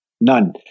None